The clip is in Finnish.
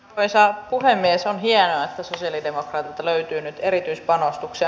caesar punainen selviää sosialidemokraatti löytynyt kysyisinkin